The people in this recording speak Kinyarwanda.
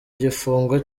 igifungo